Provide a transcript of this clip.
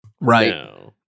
right